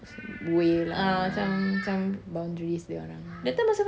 way lah boundaries dia orang lah